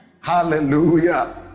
Hallelujah